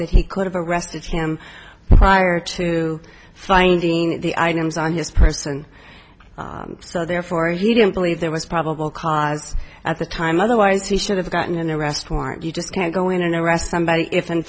that he could have arrested him prior to finding the items on his person so therefore he didn't believe there was probable cause at the time otherwise he should have gotten an arrest warrant you just can't go in and arrest somebody if in